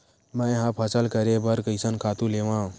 मैं ह फसल करे बर कइसन खातु लेवां?